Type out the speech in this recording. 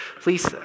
please